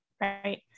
Right